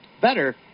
Better